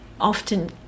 often